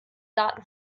daten